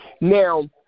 Now